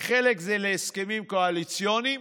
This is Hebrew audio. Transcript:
חלק זה להסכמים קואליציוניים,